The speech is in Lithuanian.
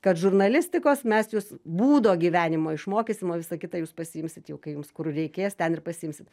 kad žurnalistikos mes jus būdo gyvenimo išmokysim o visa kita jūs pasiimsit jau kai jums kur reikės ten ir pasiimsit